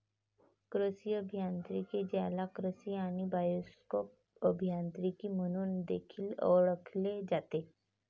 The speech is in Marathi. कृषी अभियांत्रिकी, ज्याला कृषी आणि बायोसिस्टम अभियांत्रिकी म्हणून देखील ओळखले जाते